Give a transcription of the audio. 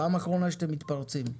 פעם אחרונה שאתם מתפרצים.